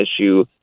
issue